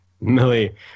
Millie